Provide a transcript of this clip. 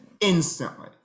instantly